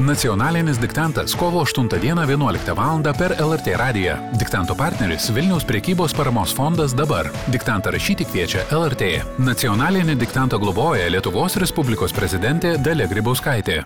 nacionalinis diktantas kovo aštuntą dieną vienuoliktą valandą per lrt radiją diktanto partneris vilniaus prekybos paramos fondas dabar diktantą rašyti kviečia lrt nacionalinį diktantą globoja lietuvos respublikos prezidentė dalia grybauskaitė